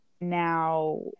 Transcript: now